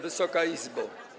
Wysoka Izbo!